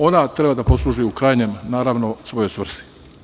Ona treba da posluži, u krajnjem, svojoj svrsi.